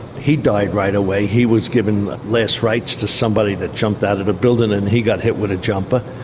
he died right away. he was giving last rites to somebody that jumped out of the building and he got hit with a jumper,